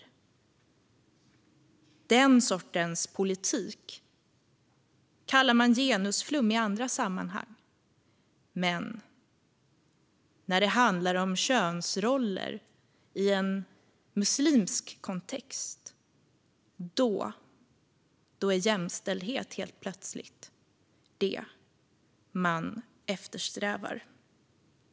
Den sortens politik kallar man genusflum i andra sammanhang, men när det handlar om könsroller i en muslimsk kontext är jämställdhet helt plötsligt det man eftersträvar.